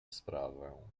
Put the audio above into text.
sprawę